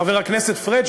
חבר הכנסת פריג',